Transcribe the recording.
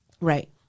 Right